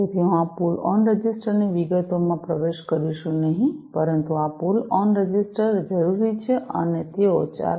તેથી હું આ પુલ ઓન રજિસ્ટરની વિગતોમાં પ્રવેશ કરીશું નહીં પરંતુ આ પુલ ઓન રજિસ્ટર જરૂરી છે અને તેઓ ૪